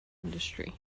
industry